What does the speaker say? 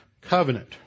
covenant